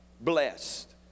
blessed